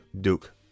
Duke